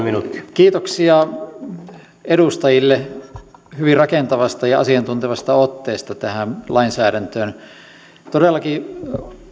kiitoksia edustajille hyvin rakentavasta ja asiantuntevasta otteesta tähän lainsäädäntöön todellakin